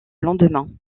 lendemain